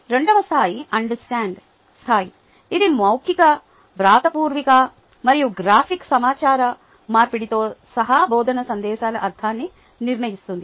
రెండవ స్థాయి అండర్స్టాండ్ స్థాయి ఇది మౌఖిక వ్రాతపూర్వక మరియు గ్రాఫిక్ సమాచార మార్పిడితో సహా బోధనా సందేశాల అర్థాన్ని నిర్ణయిస్తుంది